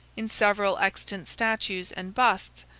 in several extant statues and busts,